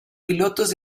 pilotos